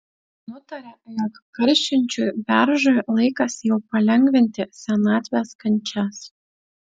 nutarė jog karšinčiui beržui laikas jau palengvinti senatvės kančias